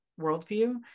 worldview